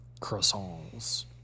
croissants